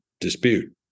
dispute